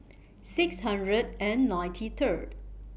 six hundred and ninety Third